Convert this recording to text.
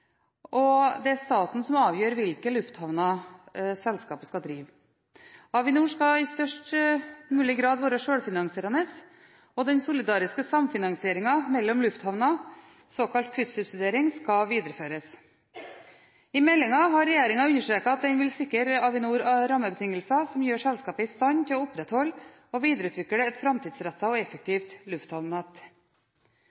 og det er staten som avgjør hvilke lufthavner selskapet skal drive. Avinor skal i størst mulig grad være sjølfinansierende, og den solidariske samfinansieringen mellom lufthavner – såkalt kryssubsidiering – skal videreføres. I meldingen har regjeringen understreket at den vil sikre Avinor rammebetingelser som gjør selskapet i stand til å opprettholde og videreutvikle et framtidsrettet og